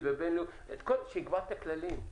שיקבע את הכללים,